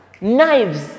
knives